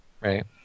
Right